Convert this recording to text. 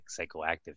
psychoactive